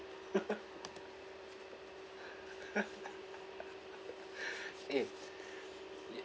eh